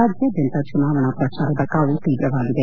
ರಾಜ್ಗಾದ್ಗಂತ ಚುನಾವಣಾ ಪ್ರಚಾರದ ಕಾವು ತೀವ್ರವಾಗಿದೆ